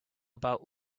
about